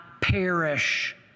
perish